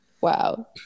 Wow